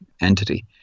entity